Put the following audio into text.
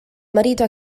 marito